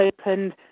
opened